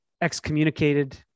excommunicated